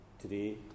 Today